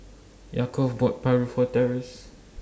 Yaakov bought Paru For Terance